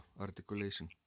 articulation